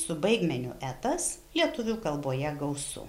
su baigmeniu etas lietuvių kalboje gausu